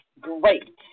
great